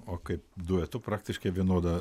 o kaip duetu praktiškai vienoda